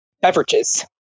beverages